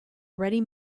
ready